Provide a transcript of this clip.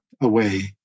away